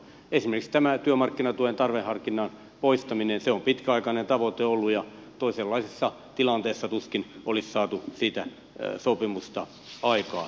esimerkiksi tämä työmarkkinatuen tarveharkinnan poistaminen on pitkäaikainen tavoite ollut ja toisenlaisessa tilanteessa tuskin olisi saatu siitä sopimusta aikaan